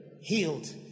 Healed